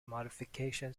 modification